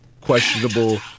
Questionable